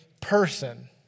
person